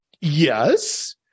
Yes